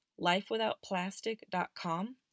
lifewithoutplastic.com